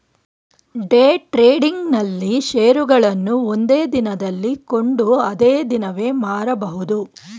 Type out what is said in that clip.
day trading ನಲ್ಲಿ ಶೇರುಗಳನ್ನು ಒಂದೇ ದಿನದಲ್ಲಿ ಕೊಂಡು ಅದೇ ದಿನವೇ ಮಾರಬಹುದು